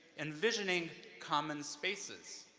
envisioning common spaces,